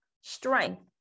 Strength